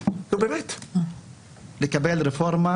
לקבל רפורמה,